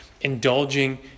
indulging